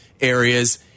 areas